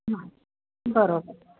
बरोबर